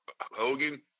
Hogan